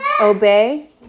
Obey